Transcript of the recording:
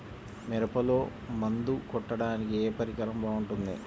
మిరపలో మందు కొట్టాడానికి ఏ పరికరం బాగుంటుంది?